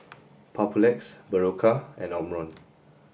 Papulex Berocca and Omron